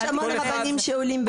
יש גם המון רבנים שעולים.